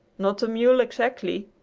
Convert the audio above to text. not a mule, exactly,